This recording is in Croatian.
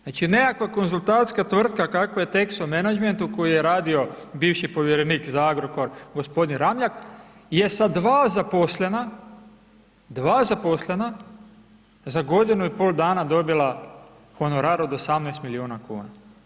Znači nekakva konzultacijska tvrtka kakve je Texo Management, u kojem je radio bivši povjerenik za Agrokor, gospodin Ramljak, je sa dva zaposlena, dva zaposlena, za godinu i pol dana dobila honorar od 18 milijuna kuna.